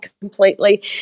completely